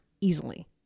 easily